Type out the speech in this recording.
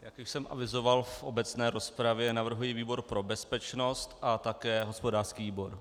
Jak už jsem avizoval v obecné rozpravě, navrhuji výbor pro bezpečnost a také hospodářský výbor.